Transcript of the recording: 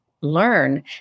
learn